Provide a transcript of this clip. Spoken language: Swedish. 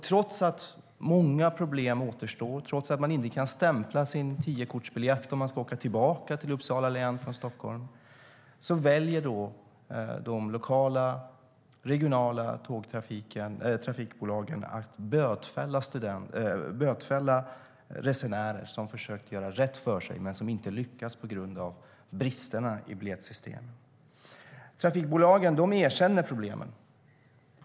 Trots att många problem återstår och att människor inte kan stämpla sin tiokortsbiljett när de ska åka tillbaka till Uppsala län från Stockholm väljer de lokala och regionala trafikbolagen att bötfälla resenärer som försökt att göra rätt för sig men som inte lyckats på grund av bristerna i biljettsystemet. Trafikbolagen erkänner problemen.